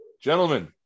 Gentlemen